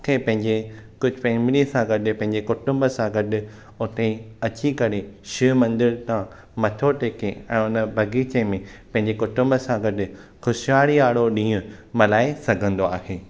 खे पंहिंजे को फैमिलीअ सा गॾु पंहिंजे कुटुम्ब सां गॾु हुते अची करे शिव मंदिर तां मथो टेके ऐं हुन बग़ीचे में पंहिंजे कुटुम्ब सा गॾु खु़शियारीअ वारो ॾींहुं मल्हाए सघिन्दो आहे